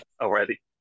already